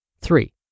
Three